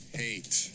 hate